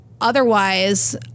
Otherwise